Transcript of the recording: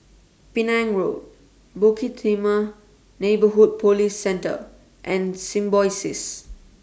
Penang Road Bukit Timah Neighbourhood Police Centre and Symbiosis